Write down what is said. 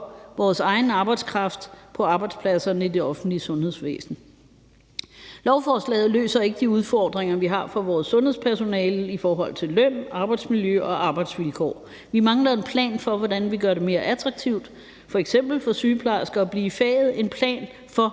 vores egen arbejdskraft på arbejdspladserne i det offentlige sundhedsvæsen. Lovforslaget løser ikke de udfordringer, vi har, for vores sundhedspersonale i forhold til løn, arbejdsmiljø og arbejdsvilkår. Vi mangler en plan for, hvordan vi gør det mere attraktivt, f.eks. for sygeplejersker, at blive i faget – en plan for,